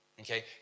okay